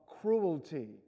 cruelty